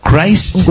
Christ